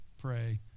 pray